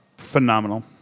Phenomenal